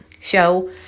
show